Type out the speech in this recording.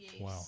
Wow